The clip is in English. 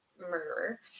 murderer